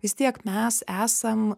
vis tiek mes esam